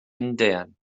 indien